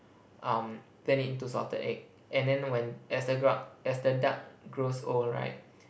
um turn it into salted egg and then when as the gru~ as the duck grows old right